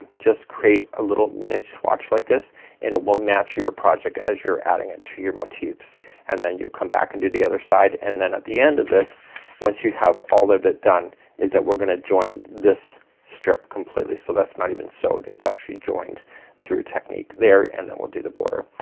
just create a little mini swatch like this and it will match your project as you're adding it to your motifs and then you'll come back and do the other side and then at the end of this once you have all the bit done is that we're gonna join this strip completely. so that's not even sewed it's actually joined through a technique there and then we'll do the border.